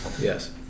Yes